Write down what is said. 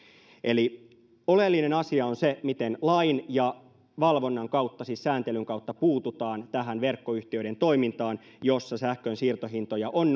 eli oleellinen asia on se miten lain ja valvonnan kautta siis sääntelyn kautta puututaan tähän verkkoyhtiöiden toimintaan jossa sähkön siirtohintoja on